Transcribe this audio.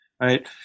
Right